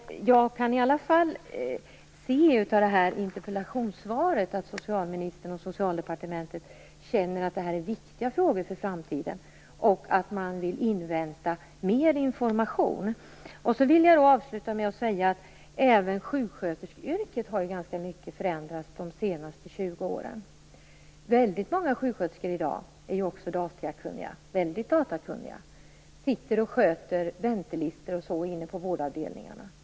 Jag kan i alla fall se av interpellationssvaret att socialministern och Socialdepartementet känner att det här är viktiga frågor för framtiden och vill invänta mer information. Jag vill avsluta med att säga att även sjuksköterskeyrket har förändrats ganska mycket de senaste 20 åren. Väldigt många sjuksköterskor i dag är datakunniga, väldigt datakunniga, och sitter och sköter väntelistor osv. inne på vårdavdelningarna.